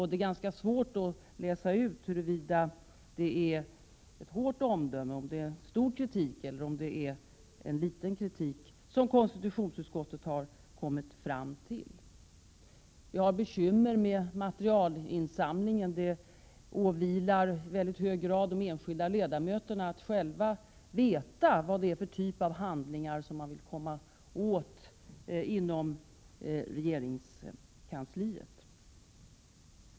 Det är ganska svårt att läsa ut huruvida det är ett hårt omdöme, om det är mycket eller litet av kritik som konstitutionsutskottet har att framföra. Vi har bekymmer med materialinsamlingen. Det åvilar i mycket hög grad de enskilda ledamöterna att själva veta vilken typ av handlingar de vill komma åt inom regeringskansliet.